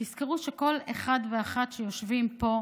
תזכרו שכל אחד ואחת שיושבים פה,